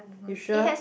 you sure